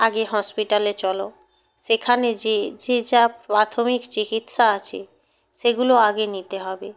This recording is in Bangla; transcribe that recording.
আগে হসপিটালে চলো সেখানে যেয়ে যে যা পাথমিক চিকিৎসা আছে সেগুলো আগে নিতে হবে